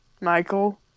Michael